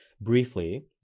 briefly